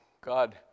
God